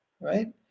right